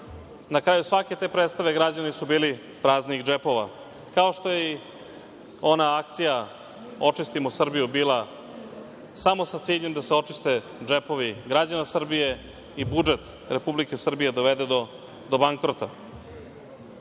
na kraju svake te predstave građani su bili praznih džepova. Kao što je i ona akcija „Očistimo Srbiju“ bila samo sa ciljem da se očiste džepovi građana Srbije i budžet Republike Srbije dovede do bankrota. Kao